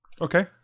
okay